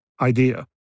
idea